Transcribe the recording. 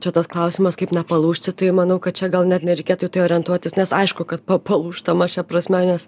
čia tas klausimas kaip nepalūžti tai manau kad čia gal net nereikėtų į tai orientuotis nes aišku kad palūžtama šia prasme nes